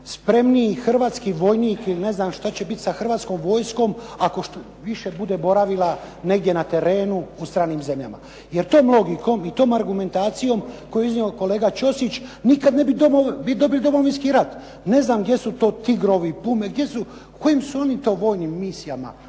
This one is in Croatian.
spremniji hrvatski vojnik ili ne znam šta će biti sa hrvatskom vojskom ako više bude boravila na terenu u stranim zemljama, jer tom logikom i tom argumentacijom koju je iznio kolega Ćosić nikad ne bi dobili Domovinski rat. Ne znam gdje su to Tigrovi, Pume, u kojim su oni to vojnim misijama,